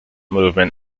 movement